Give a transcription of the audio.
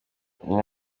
uko